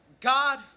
God